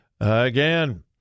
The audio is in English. again